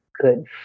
good